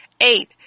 Eight